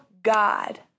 God